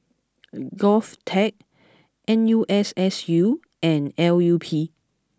Govtech N U S S U and L U P